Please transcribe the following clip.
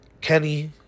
Kenny